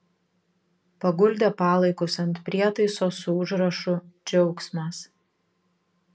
paguldė palaikus ant prietaiso su užrašu džiaugsmas